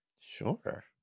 Sure